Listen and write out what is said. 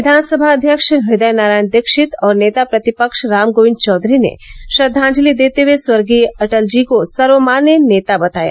विधानसभा अध्यक्ष हदयनारायण दीक्षित और नेता प्रतिपक्ष रामगोविंद चौधरी ने श्रद्वाजलि देते हुए स्वर्गीय अटल जी को सर्वमान्य नेता बताया